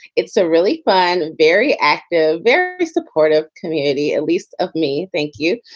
it's a really fun and very active, very supportive community, at least of me. thank you.